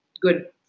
good